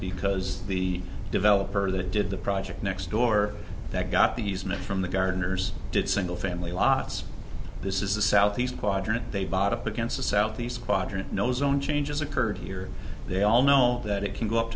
because the developer that did the project next door that got these men from the gardeners did single family lots this is the southeast quadrant they bought up against the southeast quadrant no zone changes occurred here they all know that it can go up